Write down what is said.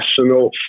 national